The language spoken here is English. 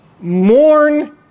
mourn